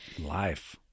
life